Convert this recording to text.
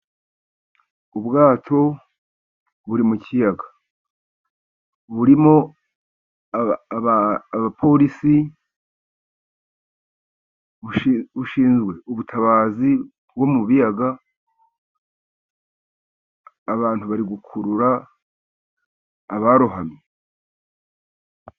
Ubwato buri mu kiyaga burimo abapolisi, bushinzwe ubutabazi bwo mu biyaga. Abantu bari gukurura abarohamye.